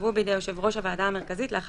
ייקבעו בידי יושב ראש הוועדה המרכזית